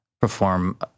perform